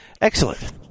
Excellent